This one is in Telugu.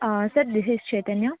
ఆ సర్ దిస్ ఇజ్ చైతన్య